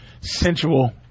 sensual